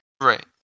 Right